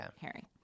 Harry